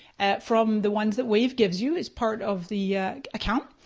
from the ones that wave gives you as part of the account.